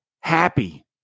happy